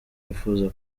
bifuza